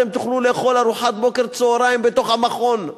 אתם תוכלו לאכול ארוחת בוקר וצהריים בתוך המכון.